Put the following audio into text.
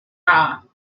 are